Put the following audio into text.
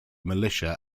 militia